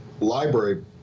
library